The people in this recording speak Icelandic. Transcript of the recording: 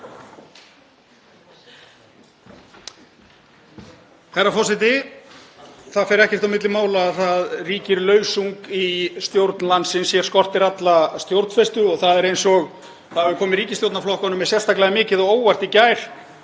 Herra forseti. Það fer ekkert á milli mála að það ríkir lausung í stjórn landsins. Hér skortir alla stjórnfestu og það er eins og það hafi komið ríkisstjórnarflokkunum sérstaklega mikið á óvart í gær